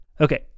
Okay